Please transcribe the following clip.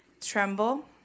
tremble